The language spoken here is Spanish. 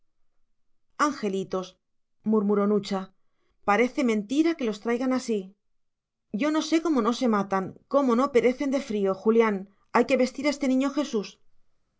angelitos murmuró nucha parece mentira que los traigan así yo no sé cómo no se matan cómo no perecen de frío julián hay que vestir a este niño jesús